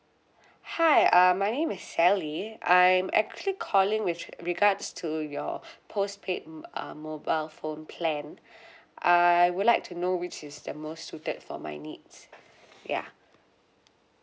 hi uh my name is sally I'm actually calling with regards to your postpaid m~ uh mobile phone plan I would like to know which is the most suited for my needs ya